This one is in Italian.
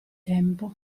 tempo